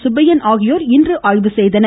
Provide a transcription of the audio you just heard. சுப்பையன் ஆகியோர் இன்று ஆய்வு செய்தனர்